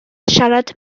siarad